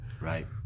right